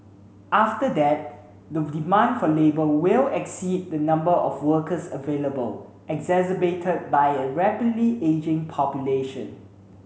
after that the demand for labour will exceed the number of workers available exacerbated by a rapidly ageing population